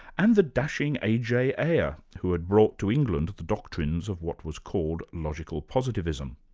and the dashing a. j. ayer, who had brought to england the doctrines of what was called logical positivism.